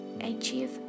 achieve